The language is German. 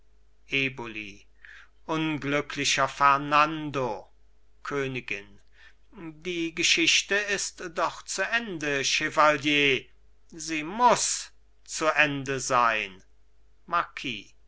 eboli unglücklicher fernando königin die geschichte ist doch zu ende chevalier sie muß zu ende sein